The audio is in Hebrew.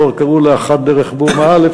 קראו לאחת "דרך בורמה א'",